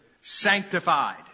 sanctified